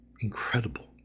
incredible